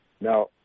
Now